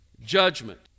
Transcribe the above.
judgment